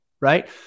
right